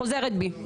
חוזרת בי.